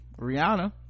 rihanna